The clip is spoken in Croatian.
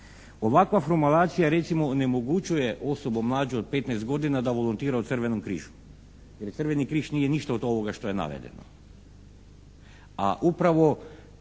Ovakva formulacija recimo onemogućuje osobu mlađu od 15 godina da volontira u Crvenom križu jer Crveni križ nije ništa od ovoga što je navedeno.